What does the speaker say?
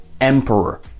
Emperor